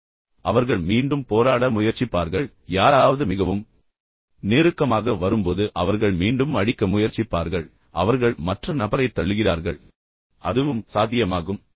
எனவே அவர்கள் மீண்டும் போராட முயற்சிப்பார்கள் யாராவது மிகவும் நெருக்கமாக வரும்போது அவர்கள் மீண்டும் அடிக்க முயற்சிப்பார்கள் அவர்கள் மற்ற நபரை உண்மையில் தள்ளுகிறார்கள் எனவே அதுவும் சாத்தியமாகும்